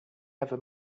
ever